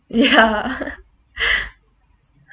ya